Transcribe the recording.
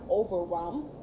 overwhelmed